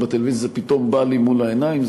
ובטלוויזיה זה פתאום בא לי מול העיניים,